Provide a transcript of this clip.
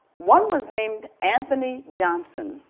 one was named anthony johnson.